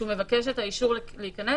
כשהוא מבקש את האישור להיכנס,